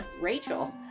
Rachel